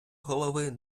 голови